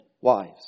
wives